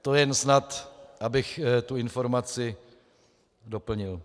To jen snad, abych tu informaci doplnil.